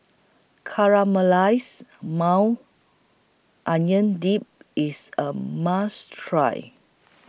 Caramelized Maui Onion Dip IS A must Try